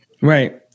right